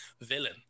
villain